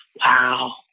wow